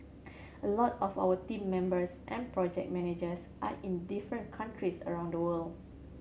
a lot of our team members and project managers are in different countries around the world